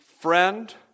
friend